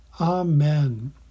Amen